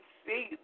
see